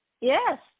Yes